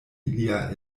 lia